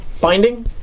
binding